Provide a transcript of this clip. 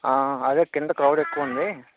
అదే కింద క్రౌడ్ ఎక్కువ ఉంది